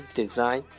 design